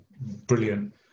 Brilliant